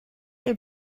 neu